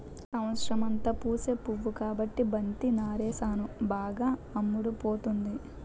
సంవత్సరమంతా పూసే పువ్వు కాబట్టి బంతి నారేసాను బాగా అమ్ముడుపోతుంది